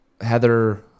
Heather